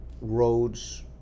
roads